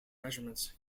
measurements